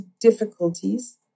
difficulties